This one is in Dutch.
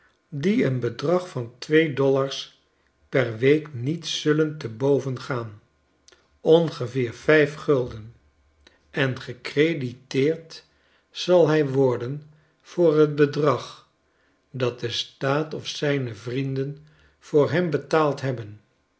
die een bedrag van twee dollars per week niet zullen te boven gaan ongeveer vijf gulden en gecrediteerd zal hij worden voor t bedrag dat de staat of zijne vrienden voor hem betaald hebben